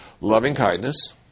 loving-kindness